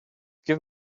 give